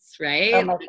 right